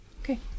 Okay